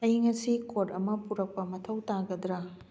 ꯑꯩ ꯉꯁꯤ ꯀꯣꯔꯠ ꯑꯃ ꯄꯨꯔꯛꯄ ꯃꯊꯧ ꯇꯥꯒꯗ꯭ꯔꯥ